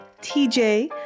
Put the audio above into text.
TJ